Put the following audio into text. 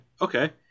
okay